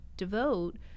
devote